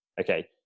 Okay